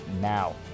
now